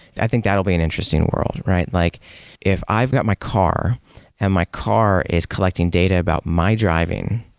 i think that will be an interesting world, right? like if i've got my car and my car is collecting data about my driving,